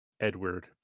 Edward